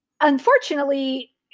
Unfortunately